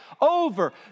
over